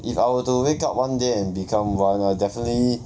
if I were to wake up one day and become one ah definitely